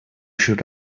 should